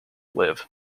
live